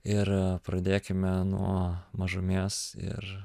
ir pradėkime nuo mažumės ir